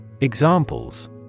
Examples